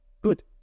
good